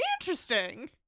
Interesting